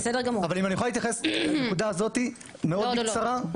אבל אם אני אוכל להתייחס לנקודה הזאתי מאוד בקצרה.